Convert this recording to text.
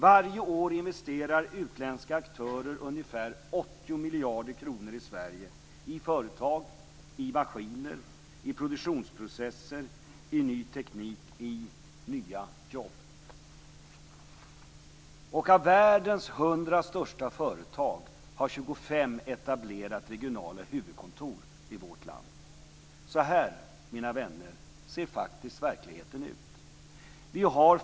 Varje år investerar utländska aktörer ungefär 80 miljarder kronor i Sverige - i företag, i maskiner, i produktionsprocesser, i ny teknik och i nya jobb. Och av världens 100 största företag har 25 etablerat regionala huvudkontor i vårt land. Så här, mina vänner, ser verkligheten faktiskt ut.